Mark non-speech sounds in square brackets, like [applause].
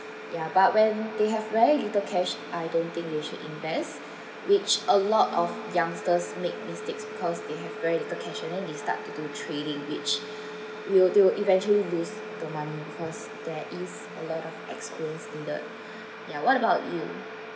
yeah but when they have very little cash I don't think they should invest which a lot of youngsters make mistakes because they have very little cash and then they start to do trading which will they will eventually lose the money because there is a lot of experience needed [breath] ya what about you